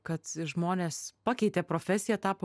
kad žmonės pakeitė profesiją tapo